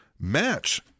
Match